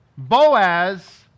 Boaz